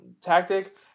tactic